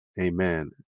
Amen